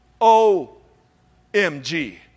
O-M-G